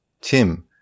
tim